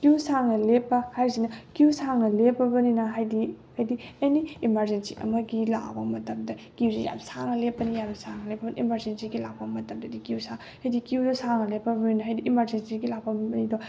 ꯀꯤꯌꯨ ꯁꯥꯡꯅ ꯂꯦꯞꯄ ꯍꯥꯏꯔꯤꯁꯤꯅ ꯀꯤꯌꯨ ꯁꯥꯡꯅ ꯂꯦꯞꯄꯕꯅꯤꯅ ꯍꯥꯏꯗꯤ ꯍꯥꯏꯗꯤ ꯑꯦꯅꯤ ꯏꯃꯥꯔꯖꯦꯟꯁꯤ ꯑꯃꯒꯤ ꯂꯥꯛꯑꯕ ꯃꯇꯝꯗ ꯀꯤꯌꯨꯁꯦ ꯌꯥꯝ ꯁꯥꯡꯅ ꯂꯦꯞꯄꯅꯤ ꯌꯥꯝ ꯁꯥꯡꯅ ꯂꯦꯞꯄꯅ ꯏꯃꯥꯔꯖꯦꯟꯁꯤꯒꯤ ꯂꯥꯛꯄ ꯃꯇꯝꯗꯗꯤ ꯀꯤꯌꯨ ꯍꯥꯏꯗꯤ ꯀꯤꯌꯨꯗꯣ ꯁꯥꯡꯅ ꯂꯦꯞꯄꯕꯅꯤꯅ ꯍꯥꯏꯗꯤ ꯏꯃꯥꯔꯖꯦꯟꯁꯤꯒꯤ ꯂꯥꯛꯄ ꯃꯤꯗꯣ